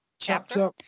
Chapter